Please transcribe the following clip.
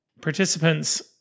participants